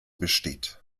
besteht